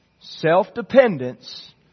Self-dependence